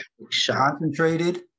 concentrated